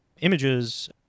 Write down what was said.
images